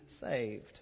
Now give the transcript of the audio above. saved